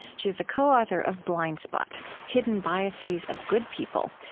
she's the co-author of blindspot hidden biases of good people,